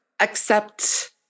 Accept